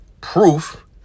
proof